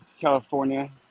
California